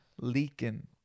Leaking